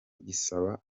gisaba